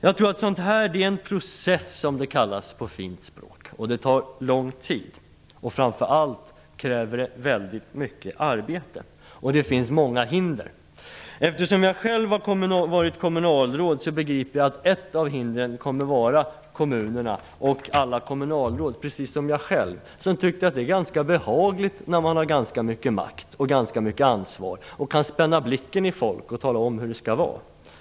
Detta är en process, som det kallas på fint språk, och den tar lång tid. Framför allt kräver den mycket arbete, och det finns många hinder. Eftersom jag själv har varit kommunalråd begriper jag att ett av hindren kommer att vara kommunerna och alla kommunalråd som, precis som jag själv, tycker att det är ganska behagligt att ha makt och ansvar och att kunna spänna blicken i folk och tala om hur saker och ting skall vara.